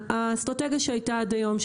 האסטרטגיה שהייתה עד היום,